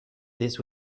this